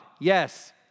yes